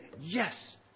yes